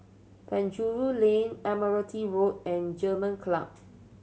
Penjuru Lane Admiralty Road and German Club